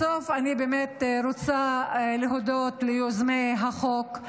בסוף אני באמת רוצה להודות ליוזמי החוק,